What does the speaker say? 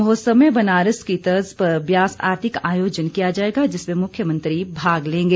महोत्सव में बनारस की तर्ज ब्यास आरती का आयोजन किया जाएगा जिसमें मुख्यमंत्री भाग लेंगे